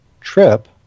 trip